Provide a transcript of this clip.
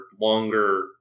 longer